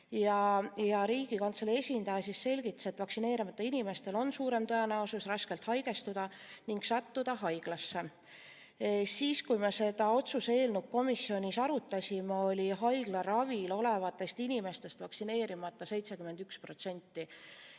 Riigikantselei esindaja selgitas, et vaktsineerimata inimestel on suurem tõenäosus raskelt haigestuda ning sattuda haiglasse. Siis, kui me seda otsuse eelnõu komisjonis arutasime, oli haiglaravil olevatest inimestest vaktsineerimata 71%.